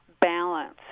balance